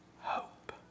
hope